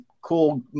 cool